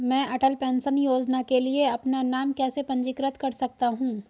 मैं अटल पेंशन योजना के लिए अपना नाम कैसे पंजीकृत कर सकता हूं?